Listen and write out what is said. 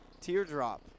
teardrop